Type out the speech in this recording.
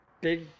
big